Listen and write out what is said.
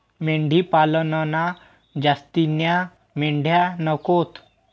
मेंढी पालनमा जास्तीन्या मेंढ्या नकोत